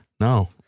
No